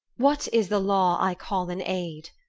what is the law i call in aid?